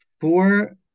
four